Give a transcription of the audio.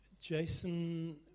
Jason